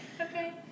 Okay